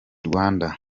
rwanda